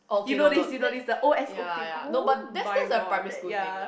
you know this you know this the O S O thing oh-my-god that ya